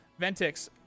Ventix